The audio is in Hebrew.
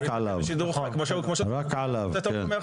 רק עליו.